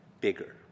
bigger